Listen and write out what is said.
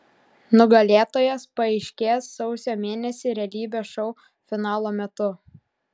nugalėtojas paaiškės sausio mėnesį realybės šou finalo metu